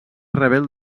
rebel